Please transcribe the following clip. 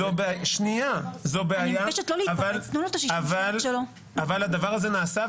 זו בעיה אבל הדבר הזה נעשה.